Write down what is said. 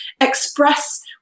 express